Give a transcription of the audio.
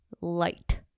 Light